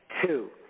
two